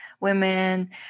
women